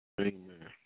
Amen